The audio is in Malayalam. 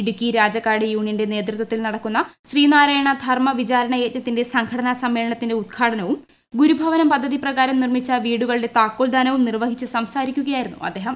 ഇടുക്കി രാജാക്കാട് യൂണിയന്റെ നേതൃത്വത്തിൽ നടക്കുന്ന ശ്രീനാരായണ ധർമ്മ വിചാര യജ്ഞത്തിന്റെ സംഘടനാ സമ്മേളനത്തിന്റെ ഉദ്ഘാടനവും ഗുരുഭവനം പദ്ധതി പ്രകാരം നിർമ്മിച്ച വീടുകളുടെ താക്കോൽ ദാനവും നിർവ്വഹിച്ച് സംസാരിക്കുകയാരുന്നു അദ്ദേഹം